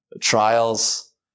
trials